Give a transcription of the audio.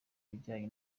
bijyanye